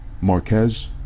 Marquez